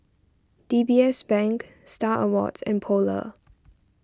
D B S Bank Star Awards and Polar